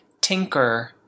tinker